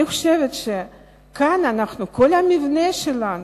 אני חושבת שכאן כל המבנה שלנו,